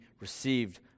received